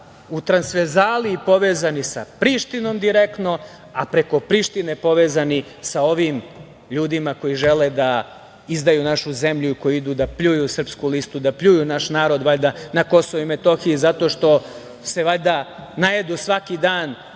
u transferzali povezani sa Prištinom direktno, a preko Prištine povezani sa ovim ljudima koji žele da izdaju našu zemlju, koji idu da pljuju Srpsku listu, da pljuju naš narod na Kosovu i Metohiji, zato što se valjda najedu svaki dan